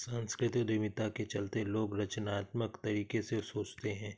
सांस्कृतिक उद्यमिता के चलते लोग रचनात्मक तरीके से सोचते हैं